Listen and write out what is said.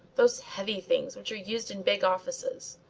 those heavy things which are used in big offices.